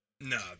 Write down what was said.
no